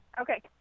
Okay